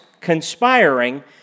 conspiring